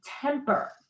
temper